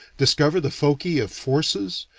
discover the foci of forces,